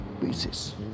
pieces